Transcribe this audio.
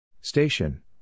Station